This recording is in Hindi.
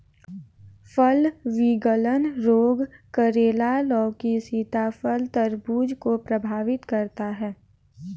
फल विगलन रोग करेला, लौकी, सीताफल, तरबूज को प्रभावित करता है